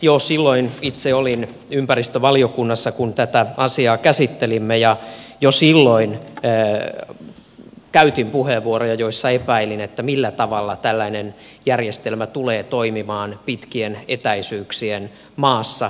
jo silloin itse olin ympäristövaliokunnassa kun tätä asiaa käsittelimme ja jo silloin käytin puheenvuoroja joissa epäilin millä tavalla tällainen järjestelmä tulee toimimaan pitkien etäisyyksien maassa